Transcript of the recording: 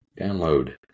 Download